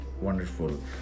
Wonderful